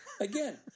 Again